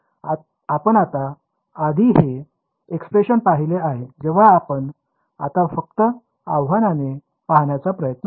म्हणून आपण आता आधी हे एक्सप्रेशन पहिले आहे जेव्हा आपण आता फक्त आव्हाने पाहण्याचा प्रयत्न करू